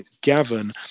Gavin